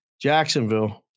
Jacksonville